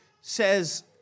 says